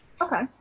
Okay